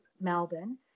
Melbourne